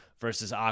versus